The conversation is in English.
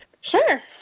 sure